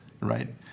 right